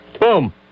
Boom